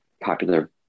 popular